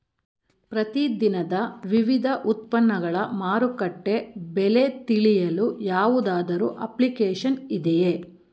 ಪ್ರತಿ ದಿನದ ವಿವಿಧ ಉತ್ಪನ್ನಗಳ ಮಾರುಕಟ್ಟೆ ಬೆಲೆ ತಿಳಿಯಲು ಯಾವುದಾದರು ಅಪ್ಲಿಕೇಶನ್ ಇದೆಯೇ?